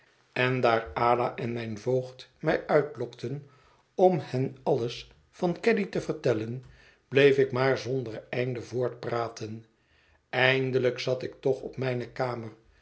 en daar ada en mijn voogd mij uitlokten om hen alles van caddy te vertellen bleef ik maar zonder einde voortpraten eindelijk zat ik toch op mijne kamer